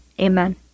Amen